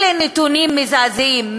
אלה נתונים מזעזעים.